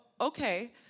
okay